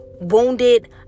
wounded